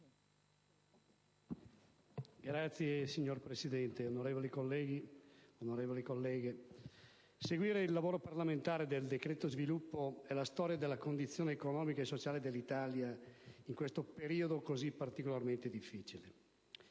Sud)*. Signor Presidente, onorevoli colleghi, onorevoli colleghe, seguire il lavoro parlamentare del decreto sviluppo è la storia della condizione economica e sociale dell'Italia in questo periodo così particolarmente difficile.